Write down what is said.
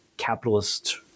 Capitalist